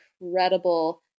incredible